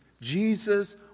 Jesus